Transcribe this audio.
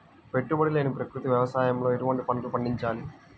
పెట్టుబడి లేని ప్రకృతి వ్యవసాయంలో ఎటువంటి పంటలు పండించాలి?